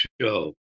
show